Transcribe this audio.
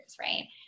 right